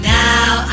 now